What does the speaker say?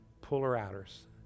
puller-outers